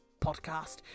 podcast